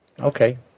Okay